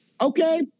okay